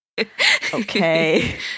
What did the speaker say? Okay